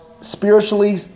spiritually